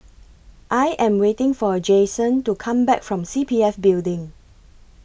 I Am waiting For Jayson to Come Back from C P F Building